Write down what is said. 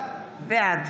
בעד